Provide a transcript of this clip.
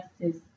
justice